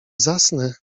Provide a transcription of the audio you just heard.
zasnę